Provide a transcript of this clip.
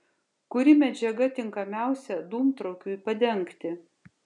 kuri medžiaga tinkamiausia dūmtraukiui padengti